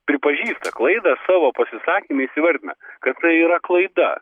pripažįsta klaidą savo pasisakymais įvardina kad tai yra klaida